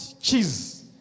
cheese